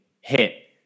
hit